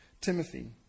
Timothy